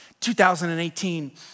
2018